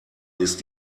ist